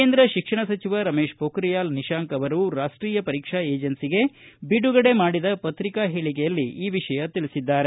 ಕೇಂದ್ರ ಶಿಕ್ಷಣ ಸಚಿವ ರಮೇಶ್ ಪೋಖಿಯಾಲ್ ನಿಶಾಂಕ್ ಅವರು ರಾಷ್ಷೀಯ ಪರೀಕ್ಷಾ ಏಜೆನ್ಸಿಗೆ ಬಿಡುಗಡೆ ಮಾಡಿದ ಪತ್ರಿಕಾ ಹೇಳಿಕೆಯಲ್ಲಿ ಈ ವಿಷಯ ತಿಳಿಸಿದ್ದಾರೆ